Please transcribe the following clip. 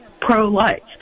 pro-life